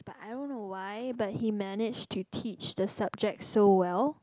but I don't know why but he managed to teach the subject so well